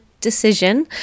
decision